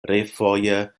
refoje